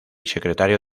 secretario